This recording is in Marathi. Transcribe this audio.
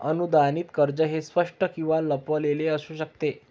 अनुदानित कर्ज हे स्पष्ट किंवा लपलेले असू शकते